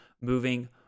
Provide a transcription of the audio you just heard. Moving